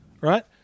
right